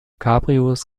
cabrios